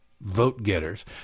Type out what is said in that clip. vote-getters